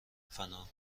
فنا